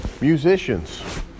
musicians